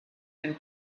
and